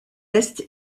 est